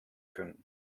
können